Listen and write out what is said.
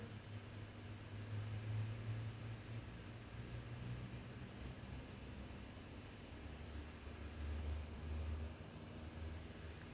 mm